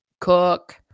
cook